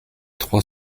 trois